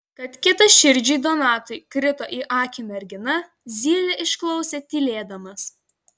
kad kietaširdžiui donatui krito į akį mergina zylė išklausė tylėdamas